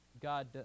God